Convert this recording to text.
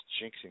jinxing